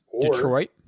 Detroit